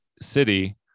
city